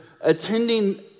attending